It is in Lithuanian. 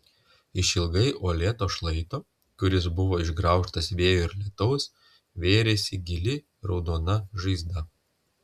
išilgai uolėto šlaito kuris buvo išgraužtas vėjo ir lietaus vėrėsi gili raudona žaizda